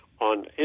on